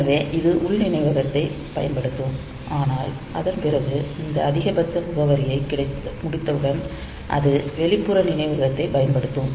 எனவே இது உள் நினைவகத்தைப் பயன்படுத்தும் ஆனால் அதன் பிறகு இந்த அதிகபட்ச முகவரியை முடித்தவுடன் அது வெளிப்புற நினைவகத்தைப் பயன்படுத்தும்